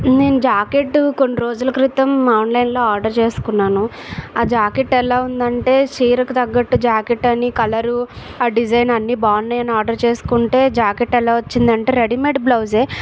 నేను జాకెట్ కొన్ని రోజుల క్రితం ఆన్లైన్లో ఆర్డర్ చేసుకున్నాను ఆ జాకెట్ ఎలా ఉందంటే చీరకు తగ్గట్టు జాకెట్ అని కలర్ ఆ డిజైన్ అన్నీ బాగున్నాయని ఆర్డర్ చేసుకుంటే జాకెట్ ఎలా వచ్చిందంటే రెడీమేడ్ బ్లౌస్ఏ